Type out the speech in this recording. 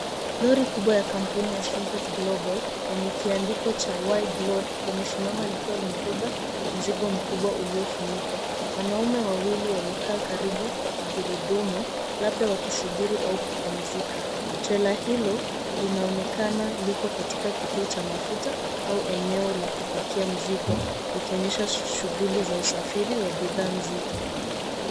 Lori kubwa la kampuni ya Simpet Global, yenye kiandiko cha wide load limesimama likiwa limebeba mzigo mkubwa uliofunikwa. Wanaume wawili wamekaa karibu na gurudumu, labda wakisubiri au kupumzika. Trela hilo linaonekana liko katika kituo cha mafuta au eneo la kupakia mizigo, likionyesha shughuli za usafiri wa bidhaa nzito.